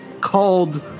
called